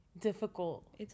difficult